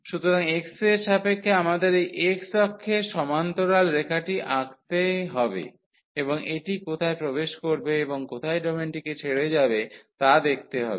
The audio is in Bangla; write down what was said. সুতরাং x এর সাপেক্ষে আমাদের এই x অক্ষের সমান্তরাল রেখাটি আঁকতে হবে এবং এটি কোথায় প্রবেশ করবে এবং কোথায় ডোমেনটিকে ছেড়ে যাবে তা দেখতে হবে